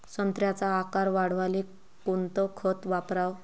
संत्र्याचा आकार वाढवाले कोणतं खत वापराव?